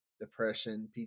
depression